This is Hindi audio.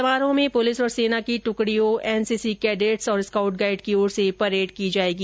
समारोह में पुलिस और सेना की दुकडियों एनसीसी कैडेट्स और स्काउट गाईड की ओर से परेड की जाएगी